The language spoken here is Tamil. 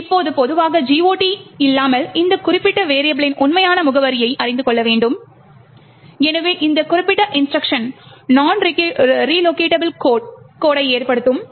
இப்போது பொதுவாக GOT இல்லாமல் இந்த குறிப்பிட்ட வெரியபிளின் உண்மையான முகவரியை அறிந்து கொள்ள வேண்டும் எனவே இந்த குறிப்பிட்ட இன்ஸ்ட்ருக்ஷன் நொன் ரிலோகேட்டபிள் கோட்டை ஏற்படுத்தும்